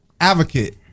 advocate